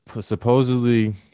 supposedly